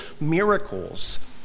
miracles